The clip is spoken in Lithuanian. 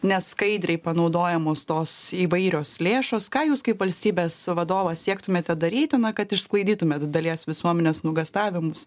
neskaidriai panaudojamos tos įvairios lėšos ką jūs kaip valstybės vadovas siektumėte daryti na kad išsklaidytumėt dalies visuomenės nuogąstavimus